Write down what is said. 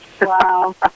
Wow